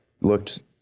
looked